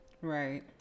right